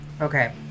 Okay